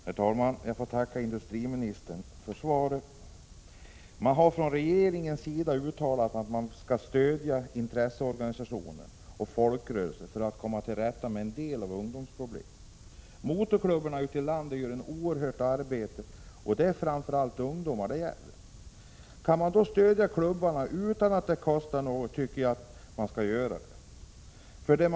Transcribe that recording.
Herr talman! Jag får tacka industriministern för svaret. Det har från regeringens sida uttalats att man skall stödja intresseorganisationer och folkrörelser för att komma till rätta med en del av ungdomsproblemen. Motorklubbarna ute i landet gör ett oerhört gott arbete, och det är framför allt ungdomar det gäller. Kan man då stödja dessa klubbar utan att det kostar något, tycker jag att man skall göra det.